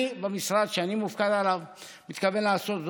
במשרד שאני מופקד עליו אני מתכוון לעשות זאת.